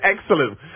excellent